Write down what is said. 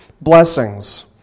blessings